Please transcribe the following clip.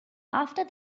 after